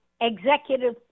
Executive